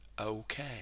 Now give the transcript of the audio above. Okay